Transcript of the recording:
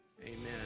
amen